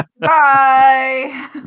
Bye